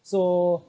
so